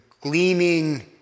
gleaming